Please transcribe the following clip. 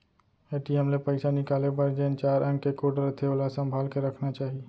ATM ले पइसा निकाले बर जेन चार अंक के कोड रथे ओला संभाल के रखना चाही